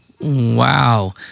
Wow